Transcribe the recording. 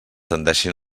tendeixin